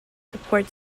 support